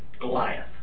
Goliath